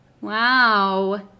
Wow